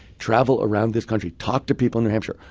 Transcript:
travel around this country, talk to people in new hampshire.